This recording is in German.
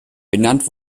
benannt